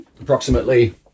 approximately